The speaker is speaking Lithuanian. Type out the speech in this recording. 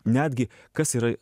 netgi kas yra